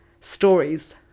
stories